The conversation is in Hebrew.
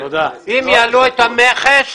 אם יעלו את המכס,